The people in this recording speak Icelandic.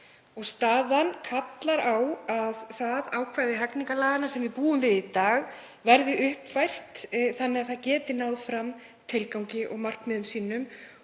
Staðan kallar á að það ákvæði hegningarlaga sem við búum við í dag verði uppfært þannig að það geti náð tilgangi og markmiðum sínum